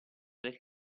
del